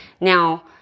Now